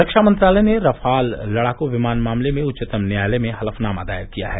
रक्षा मंत्रालय ने रफाल लड़ाकू विमान मामले में उच्चतम न्यायालय में हलफनामा दायर किया है